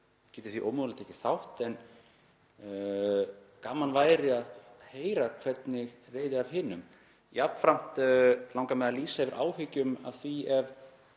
geti því ómögulega tekið þátt. En gaman væri að heyra hvað sé að frétta af hinum. Jafnframt langar mig að lýsa yfir áhyggjum af því ef